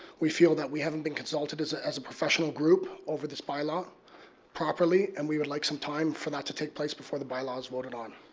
we feel that we haven't been consulted as ah as a professional group over this by law properly and we would like some time for that to take place before the by law is voted on.